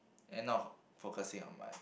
and not focusing on my